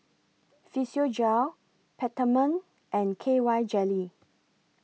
Physiogel Peptamen and K Y Jelly